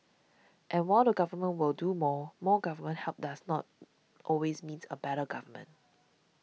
and while the Government will do more more government help does not always means a better government